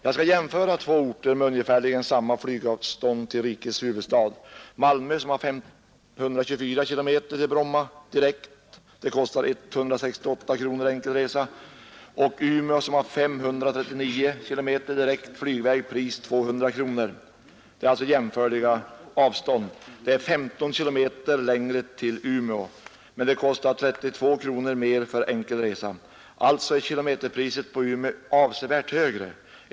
Jag skall jämföra två orter med ungefär samma flygavstånd till rikets huvudstad. Avståndet från Malmö till Bromma flygvägen är 524 km. En enkel flygresa kostar 168 kronor. Avståndet från Umeå till Bromma är 539 km. Priset för en enkel flygresa är 200 kronor. Det är 15 km längre till Umeå, men en enkel flygresa kostar 32 kronor mera. Kilometerpriset för en resa till Umeå är alltså avsevärt högre.